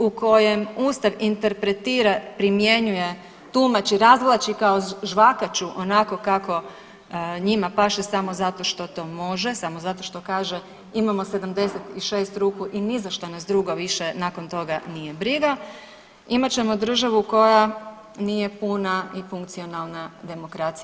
U kojem Ustav interpretira, primjenjuje, tumači, razvlači kao žvakaču onako kako njima paše samo zato što to može, samo zato što kaže imamo 76 ruku i nizašto nas drugo više nakon toga nije briga, imat ćemo državu koja nije puna i funkcionalna demokracija.